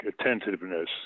attentiveness